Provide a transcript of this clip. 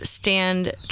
stand